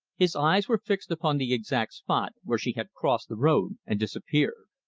his eyes were fixed upon the exact spot where she had crossed the road and disappeared.